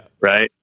Right